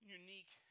unique